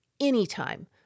anytime